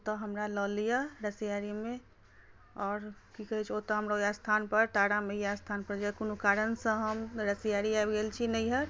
ओतय हमरा लऽ लिअ रसयारीमे आओर की कहैत छै ओतय हमरा ओहि स्थानपर तारा मैया स्थानपर जे कोनो कारणसँ हम रसयारी आबि गेल छी नैहर